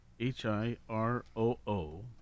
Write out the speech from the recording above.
H-I-R-O-O